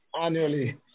annually